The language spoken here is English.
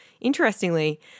Interestingly